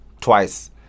Twice